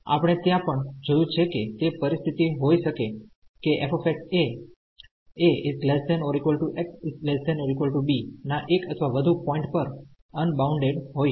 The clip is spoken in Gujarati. આપણે ત્યાં પણ જોયું છે કે તે પરિસ્થિતિ હોઈ શકે કે f એ a≤ x ≤ b ના એક અથવા વધુ પોઈન્ટ પર અનબાઉન્ડેડ હોય છે